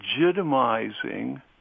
legitimizing